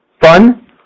fun